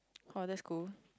oh that's cool